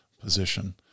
position